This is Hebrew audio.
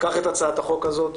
קח את הצעת החוק הזאת,